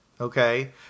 okay